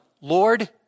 Lord